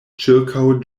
ĉirkaŭ